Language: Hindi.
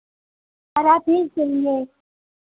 सारा चीज़ के लिए